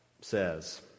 says